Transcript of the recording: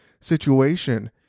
situation